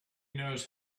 knows